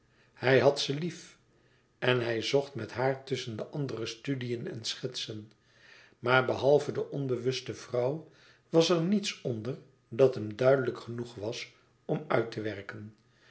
hij had ze lief en hij zocht met haar tusschen de andere studiën en schetsen maar behalve de onbewuste vrouw was er niets onder dat hem duidelijk genoeg was om uit te werken